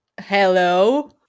Hello